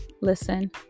Listen